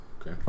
okay